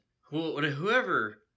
whoever